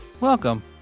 Welcome